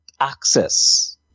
access